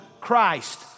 Christ